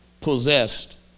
possessed